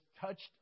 touched